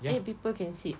eight people can sit